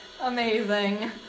amazing